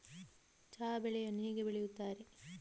ಚಹಾ ಬೆಳೆಯನ್ನು ಹೇಗೆ ಬೆಳೆಯುತ್ತಾರೆ?